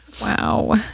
Wow